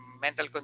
mental